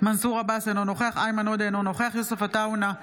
מנסור עבאס, אינו נוכח איימן עודה, אינו